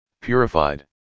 purified